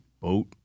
boat